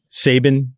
Saban